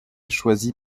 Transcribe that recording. choisies